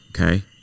okay